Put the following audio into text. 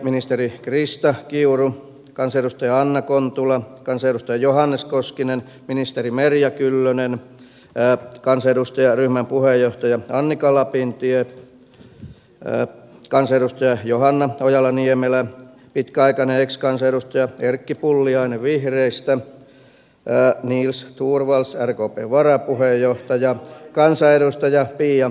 ministeri krista kiuru kansanedustaja anna kontula kansanedustaja johannes koskinen ministeri merja kyllönen kansanedustaja ryhmän puheenjohtaja annika lapintie kansanedustaja johanna ojala niemelä pitkäaikainen ex kansanedustaja erkki pulliainen vihreistä nils torvalds rkpn varapuheenjohtaja kansanedustaja pia viitanen